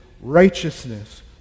righteousness